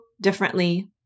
differently